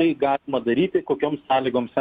tai galima daryti kokioms sąlygoms